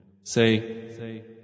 Say